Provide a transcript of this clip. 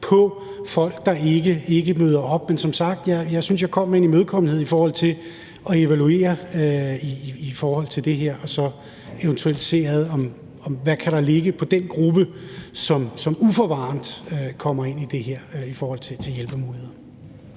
på folk, der ikke møder op. Men som sagt synes jeg, jeg kom med en imødekommenhed i forhold til at evaluere det her og så eventuelt se på, hvad der kan ligge for den gruppe, som uforvarende kommer ind i det her, i forhold til hjælpemuligheder.